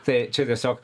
tai čia tiesiog